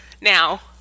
Now